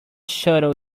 shuttle